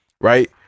right